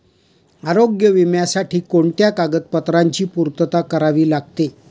आरोग्य विम्यासाठी कोणत्या कागदपत्रांची पूर्तता करावी लागते?